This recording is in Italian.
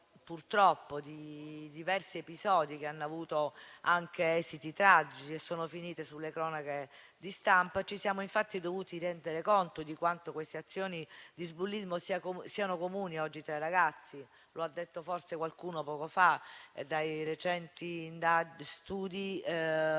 di diversi episodi che hanno avuto anche esiti tragici e sono finiti sulle cronache di stampa, ci siamo infatti dovuti rendere conto di quanto queste azioni di bullismo siano comuni oggi tra i ragazzi (lo ha detto forse qualcuno poco fa: dai recenti studi